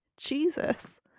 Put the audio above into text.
Jesus